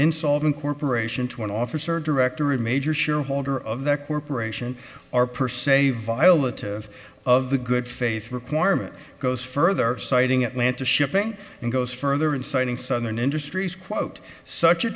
insolvent corporation to an office or directory of major shareholder of that corporation are per se violet to of the good faith requirement goes further citing atlanta shipping and goes further in citing southern industries quote such a